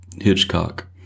Hitchcock